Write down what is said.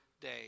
day